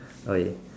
okay